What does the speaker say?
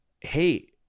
hey